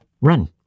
run